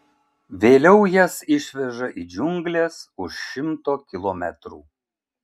vėliau jas išveža į džiungles už šimto kilometrų